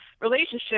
relationship